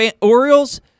Orioles